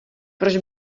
proč